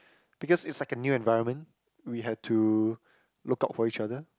because it's like a new environment we had to look out for each other